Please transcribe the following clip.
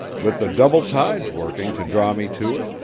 with the double tides working to draw me to it,